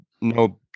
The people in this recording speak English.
no